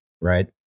right